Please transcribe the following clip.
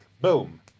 boom